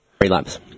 Relapse